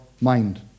mind